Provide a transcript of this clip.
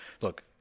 look